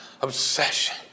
obsession